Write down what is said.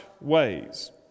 ways